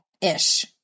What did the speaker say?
Ish